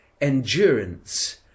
endurance